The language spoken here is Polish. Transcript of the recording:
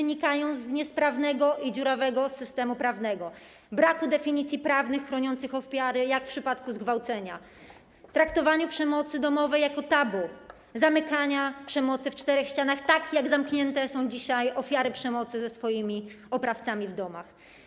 wynikają z niesprawnego i dziurawego systemu prawnego, braku definicji prawnych chroniących ofiary, jak w przypadku zgwałcenia, traktowaniu przemocy domowej jako tabu, zamykania przemocy w czterech ścianach, tak jak zamknięte są dzisiaj ofiary przemocy ze swoimi oprawcami w domach.